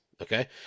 Okay